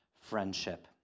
friendship